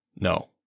No